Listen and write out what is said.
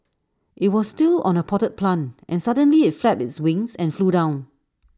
IT was still on A potted plant and suddenly IT flapped its wings and flew down